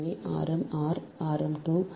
எனவே ஆரம் 6 ஆர் 2